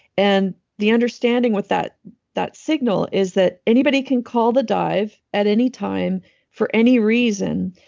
and the understanding with that that signal is that anybody can call the dive at any time for any reason,